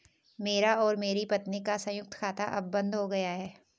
मेरा और मेरी पत्नी का संयुक्त खाता अब बंद हो गया है